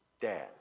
dad